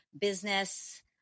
business